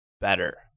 better